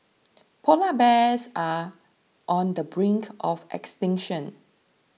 Polar Bears are on the brink of extinction